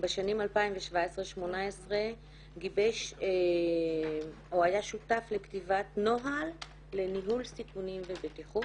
בשנים 2018-2017 גיבש או היה שותף לכתיבת נוהל לניהול סיכונים ובטיחות.